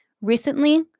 Recently